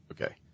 Okay